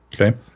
Okay